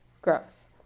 gross